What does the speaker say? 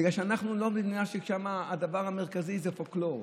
בגלל שאנחנו לא מדינה שהדבר המרכזי בה הוא פולקלור.